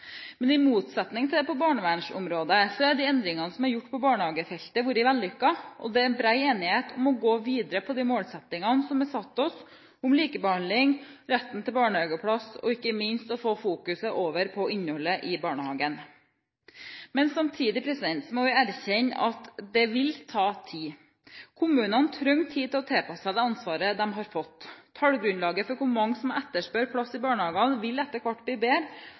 Men i motsetning til på barnevernsområdet har de endringene som er gjort på barnehagefeltet, vært vellykket, og det er bred enighet om å gå videre med de målsettingene vi har satt oss, om likebehandling, retten til barnehageplass og ikke minst å få fokuset over på innholdet i barnehagen. Samtidig må vi erkjenne at det vil ta tid. Kommunene trenger tid til å tilpasse seg det ansvaret de har fått. Tallgrunnlaget for hvor mange som etterspør plass i barnehagen, vil etter hvert bli bedre,